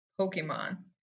Pokemon